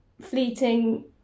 fleeting